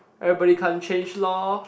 everybody can't change lor